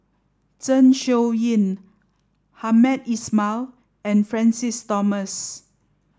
Zeng Shouyin Hamed Ismail and Francis Thomas